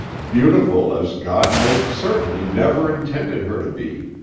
beautiful as god most certainly never intended her to be.